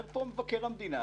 אומר כאן מבקר המדינה